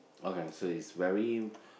okay so it's very